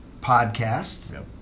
podcast